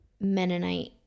Mennonite